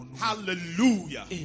hallelujah